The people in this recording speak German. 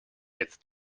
jetzt